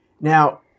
Now